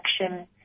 action